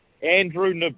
Andrew